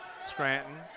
Scranton